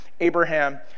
Abraham